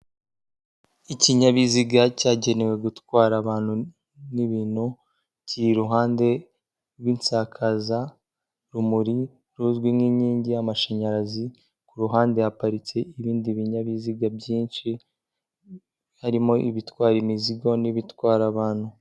Ikinyabiziga cyagenewe gutwara abantu n'ibintu, kiri iruhande rw'insakazarumuri ruzwi nk'inkingi y'amashanyarazi, ku ruhande haparitse ibindi binyabiziga byinshi, harimo ibitwara imizigo n'ibitwara abantu.